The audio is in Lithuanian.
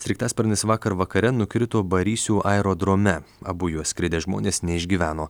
sraigtasparnis vakar vakare nukrito barysių aerodrome abu juo skridę žmonės neišgyveno